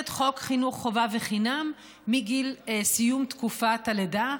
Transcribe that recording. להחיל את חוק חינוך חובה וחינם מגיל סיום תקופת הלידה,